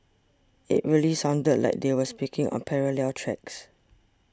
it really sounded like they were speaking on parallel tracks